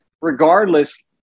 regardless